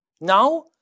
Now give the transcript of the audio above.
Now